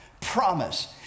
promise